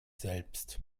selbst